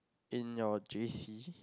in your J_C